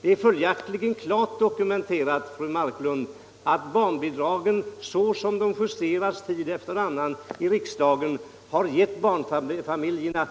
Det är följaktligen klart dokumenterat, fru Marklund, att barnbidragen så som de justerats tid efter annan i riksdagen har givit barnfamiljerna